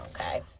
Okay